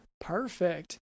Perfect